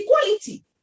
equality